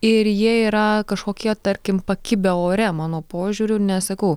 ir jie yra kažkokie tarkim pakibę ore mano požiūriu nes sakau